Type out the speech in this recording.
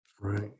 Right